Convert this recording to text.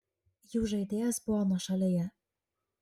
jų žaidėjas buvo nuošalėje